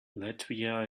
latvia